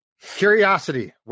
Curiosity